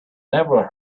never